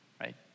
Right